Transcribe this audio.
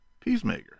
Peacemaker